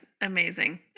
Amazing